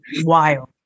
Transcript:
wild